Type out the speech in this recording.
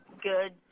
good